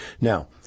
Now